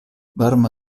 varma